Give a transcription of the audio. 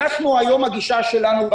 היום הגישה שלנו היא: